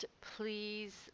please